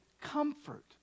comfort